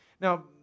Now